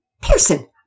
Pearson